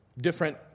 different